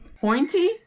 Pointy